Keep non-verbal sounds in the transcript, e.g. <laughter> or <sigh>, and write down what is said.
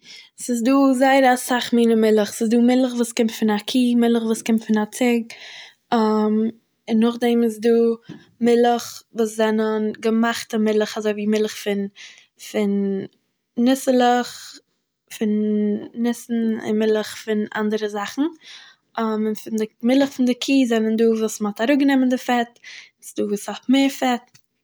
ס'איז דא זייער אסאך מינע מילך, ס'איז דא מילך וואס קומט פון א קוה מילך וואס קומט פון א ציג, <hesitation> און נאכדעם איז דא מילך וואס זענען געמאכטע מילך אזוי ווי מילך פון פון ניסעלעך פון ניסן און מילך פון אנדערע זאכן <hesitation> מ.. מילך פון די קוה זענען דא וואס מ'האט אראפגענומען די פעט ס'דא וואס האט מער פעט.